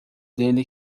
dele